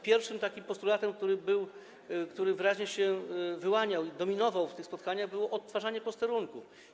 Pierwszym postulatem, który był, który wyraźnie się wyłaniał i dominował na tych spotkaniach, było odtwarzanie posterunków.